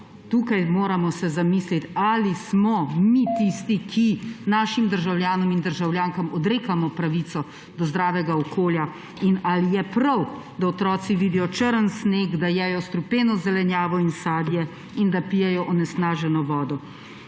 Tukaj se moramo zamisliti, ali smo mi tisti, ki našim državljanom in državljankam odrekamo pravico do zdravega okolja, in ali je prav, da otroci vidijo črn sneg, da jedo strupeno zelenjavo in sadje in da pijejo onesnaženo vodo.